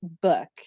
book